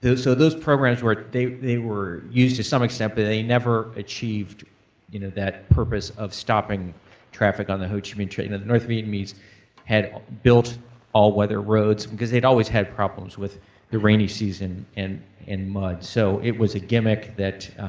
so those programs were, they they were used to some extent but they never achieved you know that purpose of stopping traffic on the ho chi minh trail. and the the north vietnamese had built all-weather roads because they'd always had problems with the rainy season and and mud. so it was a gimmick that